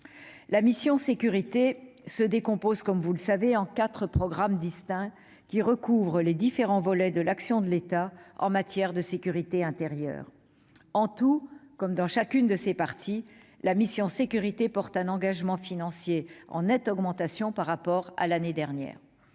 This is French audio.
La mission « Sécurités » comporte quatre programmes distincts, qui recouvrent les différents volets de l'action de l'État en matière de sécurité intérieure. Au total, comme dans chacune de ses parties, la mission « Sécurités » porte un engagement financier en nette augmentation par rapport à l'année dernière.